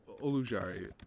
Olujari